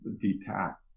detach